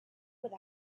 with